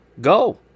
go